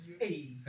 Hey